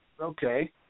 Okay